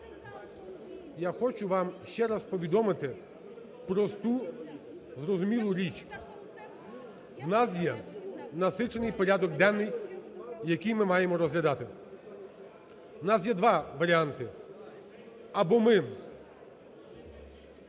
я хочу вам ще раз повідомити просту зрозумілу річ. У нас є насичений порядок денний, який ми маємо розглядати, у нас є два варіанти: або ми